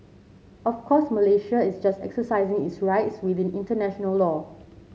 of course Malaysia is just exercising its rights within international law